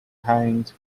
hanged